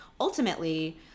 ultimately